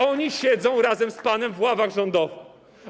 Oni siedzą razem z panem w ławach rządowych.